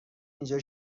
اینجا